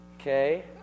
Okay